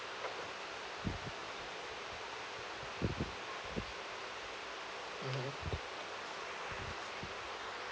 mmhmm